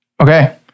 Okay